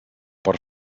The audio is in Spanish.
por